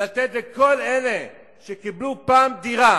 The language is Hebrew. לתת לכל אלה שקיבלו פעם דירה,